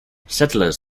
settlers